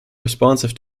responses